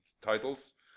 titles